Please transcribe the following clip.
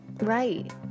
Right